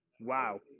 Wow